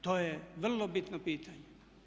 To je vrlo bitno pitanje.